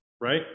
right